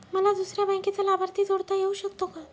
मला दुसऱ्या बँकेचा लाभार्थी जोडता येऊ शकतो का?